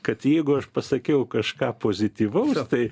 kad jeigu aš pasakiau kažką pozityvaus tai